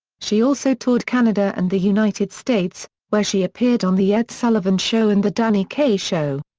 she also toured canada and the united states, where she appeared on the ed sullivan show and the danny kaye show.